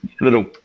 little